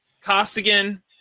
Costigan